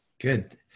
good